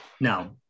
No